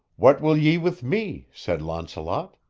what will ye with me? said launcelot.